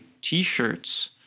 t-shirts